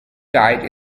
diet